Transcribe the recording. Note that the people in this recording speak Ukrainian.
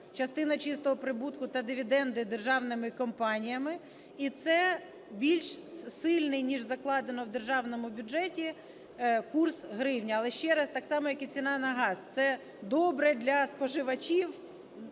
частина чистого прибутку та дивіденди державними компаніями, і це більш сильний, ніж закладено в державному бюджеті, курс гривні. Але, ще раз, так само, як і ціна на газ: це добре для споживачів,